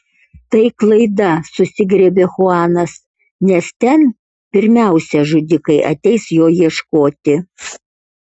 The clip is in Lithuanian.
tai klaida susigriebė chuanas nes ten pirmiausia žudikai ateis jo ieškoti